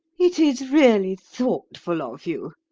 it is really thoughtful of you,